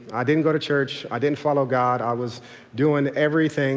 i didn't go to church. i didn't follow god. i was doing everything